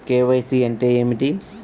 KYC అంటే ఏమిటి?